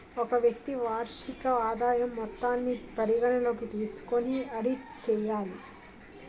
ఒక వ్యక్తి వార్షిక ఆదాయం మొత్తాన్ని పరిగణలోకి తీసుకొని ఆడిట్ చేయాలి